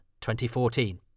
2014